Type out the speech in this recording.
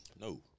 No